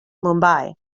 mumbai